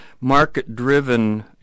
market-driven